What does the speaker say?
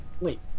Wait